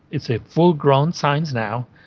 it's a full grown science now,